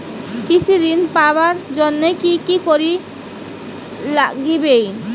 কৃষি ঋণ পাবার জন্যে কি কি করির নাগিবে?